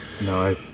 No